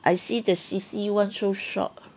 I see the C_C [one] so short